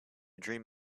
dream